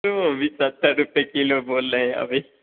तो भी सत्तर रुपये किलो बोल रहे अभी